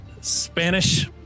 Spanish